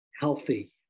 healthy